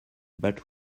but